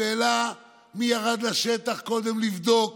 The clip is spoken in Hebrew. השאלה היא מי ירד לשטח קודם לבדוק